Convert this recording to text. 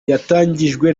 yatangajwe